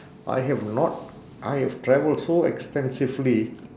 I have not I have travelled so extensively